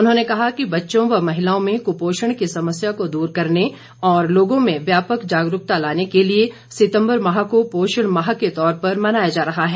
उन्होंने कहा कि बच्चों व महिलाओं में क्पोषण की समस्या को दूर करने और लोगों में व्यापक जागरूकता लाने के लिए सितम्बर माह को पोषण माह के तौर पर मनाया जा रहा है